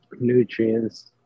nutrients